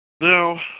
Now